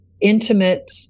intimate